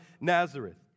Nazareth